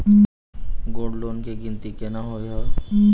Gold loan केँ गिनती केना होइ हय?